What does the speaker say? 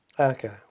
okay